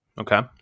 Okay